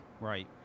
Right